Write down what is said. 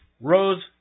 Rose